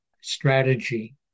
strategy